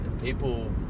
people